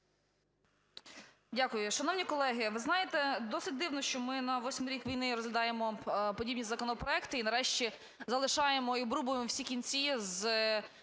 Дякую. Шановні колеги, ви знаєте, досить дивно, що ми на восьмий рік війни розглядаємо подібні законопроекти і нарешті залишаємо, і обрубуємо всі кінці з